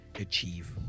achieve